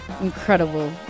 incredible